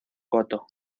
coto